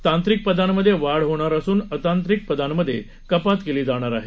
तांत्रिक पदांमध्ये वाढ होणार असून अतांत्रिक पदांमध्ये कपात केली जाणार आहे